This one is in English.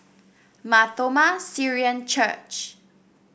Mar Thoma Syrian Church